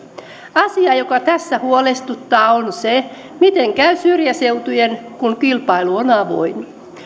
asia joka tässä huolestuttaa on se miten käy syrjäseutujen kun kilpailu on avoin